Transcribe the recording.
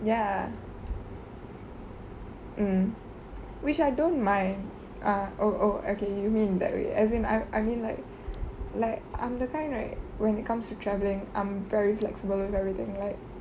ya mm which I don't mind ah oh oh okay you mean in that way as in I I mean like like I'm the kind right when it comes to traveling I'm very flexible with everything like